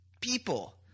people